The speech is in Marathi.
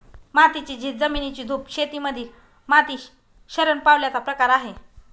मातीची झीज, जमिनीची धूप शेती मधील माती शरण पावल्याचा प्रकार आहे